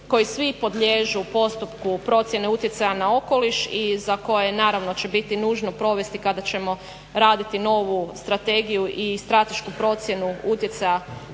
koji svi podliježu postupku procjene utjecaja na okoliš i za koje naravno će biti nužno provesti kada ćemo raditi novu strategiju i stratešku procjenu utjecaja